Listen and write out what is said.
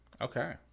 Okay